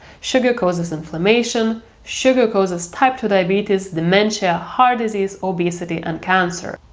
sugar causes inflammation. sugar causes type two diabetes, dementia, heart disease, obesity and cancer.